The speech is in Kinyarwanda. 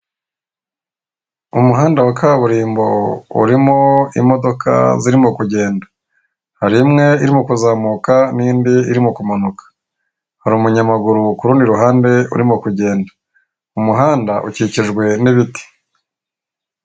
Umuhanda wa kaburimbo urimo imodoka zirimo kugenda, hari imwe irimo kuzamuka nde iririmo kumanuka hari umunyamaguru kurundi ruhande urimo kugenda mu umuhanda ukikijwe n'ibiti.